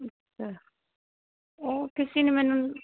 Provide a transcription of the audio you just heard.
ਅੱਛਾ ਉਹ ਕਿਸੇ ਨੇ ਮੈਨੂੰ